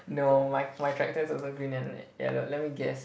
no my my tractor is also green and yellow let me guess